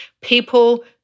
People